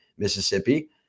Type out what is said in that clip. Mississippi